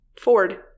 Ford